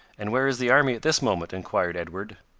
and where is the army at this moment? inquired edward.